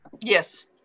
Yes